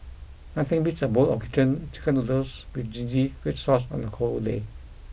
nothing beats a bowl of kitchen chicken noodles with zingy red sauce on the cold day